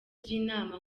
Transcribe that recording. by’inama